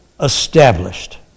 established